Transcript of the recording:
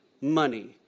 money